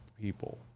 people